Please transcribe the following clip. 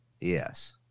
yes